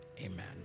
Amen